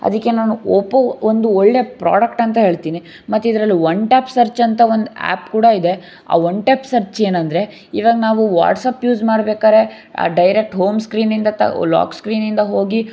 ಅದಕ್ಕೆ ನಾನು ಓಪ್ಪೋ ಒಂದು ಒಳ್ಳೆ ಪ್ರೋಡಕ್ಟ್ ಅಂತ ಹೇಳ್ತೀನಿ ಮತ್ತು ಇದರಲ್ಲು ಒನ್ ಟ್ಯಾಪ್ ಸರ್ಚ್ ಅಂತ ಒಂದು ಆ್ಯಪ್ ಕೂಡ ಇದೆ ಆ ಒನ್ ಟ್ಯಾಪ್ ಸರ್ಚ್ ಏನೆಂದರೆ ಇವಾಗ ನಾವು ವಾಟ್ಸಪ್ ಯೂಸ್ ಮಾಡ್ಬೇಕಾದ್ರೆ ಡೈರೆಕ್ಟ್ ಹೋಮ್ ಸ್ಕ್ರೀನಿಂದ ತ ಲಾಕ್ ಸ್ಕ್ರೀನಿಂದ ಹೋಗಿ